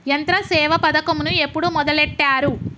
యంత్రసేవ పథకమును ఎప్పుడు మొదలెట్టారు?